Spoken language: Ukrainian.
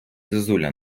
зозуля